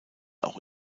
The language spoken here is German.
auch